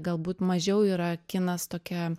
galbūt mažiau yra kinas tokia